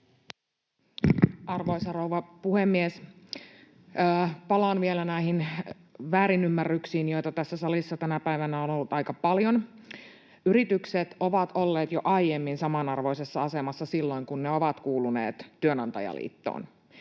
Arvoisa rouva puhemies! Palaan vielä näihin väärinymmärryksiin, joita tässä salissa tänä päivänä on ollut aika paljon. Yritykset ovat olleet jo aiemmin samanarvoisessa asemassa silloin, kun ne ovat kuuluneet työnantajaliittoon.